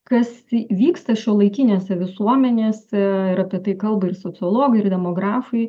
kas vyksta šiuolaikinėse visuomenėse ir apie tai kalba ir sociologai ir demografai